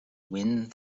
wind